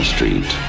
Street